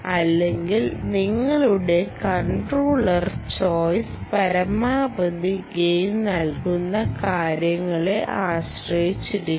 അല്ലെങ്കിൽ നിങ്ങളുടെ controller choice പരമാവധി ഗെയിൻ നൽകുന്ന കാര്യങ്ങളെ ആശ്രയിച്ചിരിക്കും